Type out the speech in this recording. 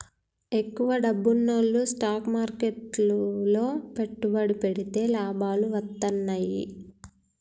ఎక్కువ డబ్బున్నోల్లు స్టాక్ మార్కెట్లు లో పెట్టుబడి పెడితే లాభాలు వత్తన్నయ్యి